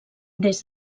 des